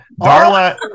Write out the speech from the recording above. Darla